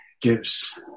gives